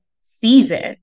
season